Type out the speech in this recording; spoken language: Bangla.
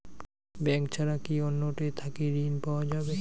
ব্যাংক ছাড়া কি অন্য টে থাকি ঋণ পাওয়া যাবে?